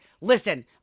listen